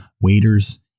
waiters